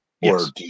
Yes